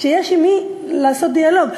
כשיש עם מי לעשות דיאלוג.